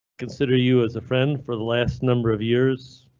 consider you as a friend for the last number of years.